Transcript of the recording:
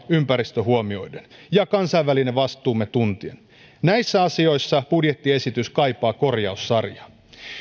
ympäristö huomioiden ja kansainvälinen vastuumme tuntien näissä asioissa budjettiesitys kaipaa korjaussarjaa